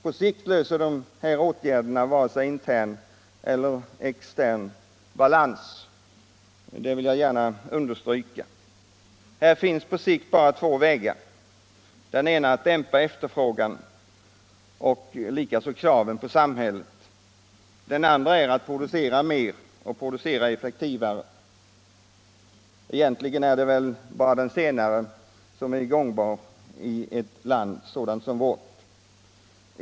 På sikt löser dock inte de här åtgärderna vare sig interna eller externa balansproblem, det vill jag gärna understryka. Här finns egentligen bara två vägar. Den ena är att dämpa efterfrågan och likaså kraven på samhället. Den andra är att producera mer och effektivare. Strängt taget är det väl bara den senare som är gångbar i ett land som vårt.